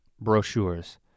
brochures